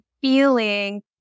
feeling